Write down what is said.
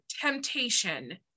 temptation